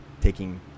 taking